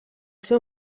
ser